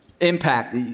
impact